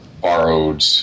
borrowed